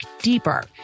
deeper